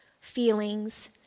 feelings